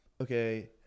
okay